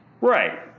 Right